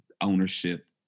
ownership